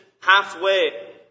halfway